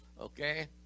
okay